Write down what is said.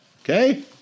okay